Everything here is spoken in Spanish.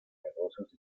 negocios